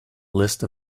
list